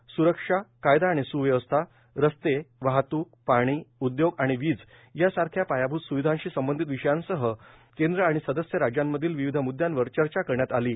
बैळ्कीत सुरक्षा कायदा आणि सुव्यवस्था रस्ते वाहतूक पाणी उद्योग आणि वीज यासारख्या पायाभूत सुविधांशी संबंधित विषयांसह केंद्र आणि सदस्य राज्यांमधील विविध मुद्यांवर चर्चा करण्यात येत आहे